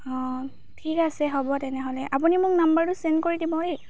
অঁ ঠিক আছে হ'ব তেনেহ'লে আপুনি মোক নাম্বাৰটো চেণ্ড কৰি দিব দেই